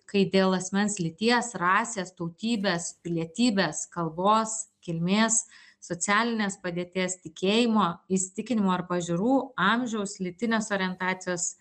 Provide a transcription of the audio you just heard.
kai dėl asmens lyties rasės tautybės pilietybės kalbos kilmės socialinės padėties tikėjimo įsitikinimų ar pažiūrų amžiaus lytinės orientacijos